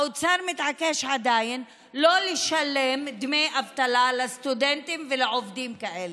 האוצר מתעקש עדיין לא לשלם דמי אבטלה לסטודנטים ולעובדים כאלה.